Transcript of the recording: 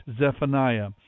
Zephaniah